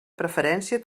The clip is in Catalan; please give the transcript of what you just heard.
preferència